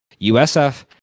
USF